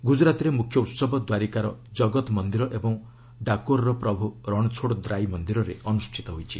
ଗୁଜରାଟରେ ମୁଖ୍ୟ ଉହବ ଦ୍ୱାରିକାର ଜଗତ ମନ୍ଦିର ଓ ଡାକୋର୍ର ପ୍ରଭୁ ରଣଛୋଡ୍ଦ୍ରାଇ ମନ୍ଦିରରେ ଅନୁଷ୍ଠିତ ହୋଇଛି